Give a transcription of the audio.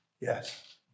yes